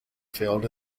field